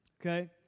okay